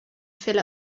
fill